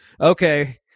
okay